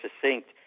succinct